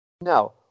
Now